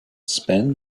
spend